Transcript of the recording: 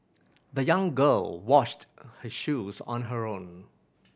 the young girl washed her shoes on her own